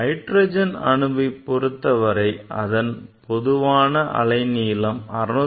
hydrogen அணுவைப் பொருத்தவரை அதன் பொதுவான அலைநீளம் 656